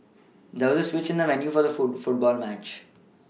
there was a switch in the venue for the foot football match